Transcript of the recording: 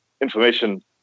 information